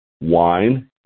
wine